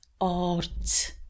art